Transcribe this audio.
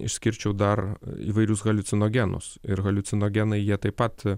išskirčiau dar įvairius haliucinogenus ir haliucinogenai jie taip pat